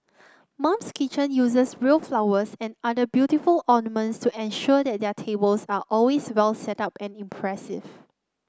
mum's kitchen uses real flowers and other beautiful ornaments to ensure that their tables are always well setup and impressive